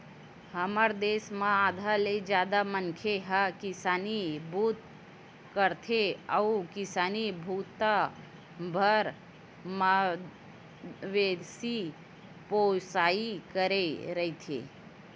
हमर देस म आधा ले जादा मनखे ह किसानी बूता करथे अउ किसानी बूता बर मवेशी पोसई करे रहिथे